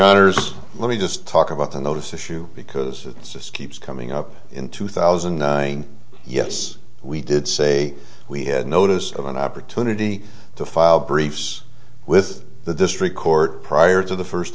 others let me just talk about the notice issue because it's just keeps coming up in two thousand and nine yes we did say we had notice of an opportunity to file briefs with the district court prior to the first